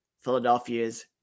Philadelphia's